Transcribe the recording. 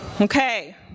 Okay